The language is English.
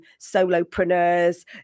solopreneurs